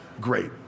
great